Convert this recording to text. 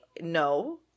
no